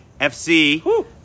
FC